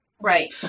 Right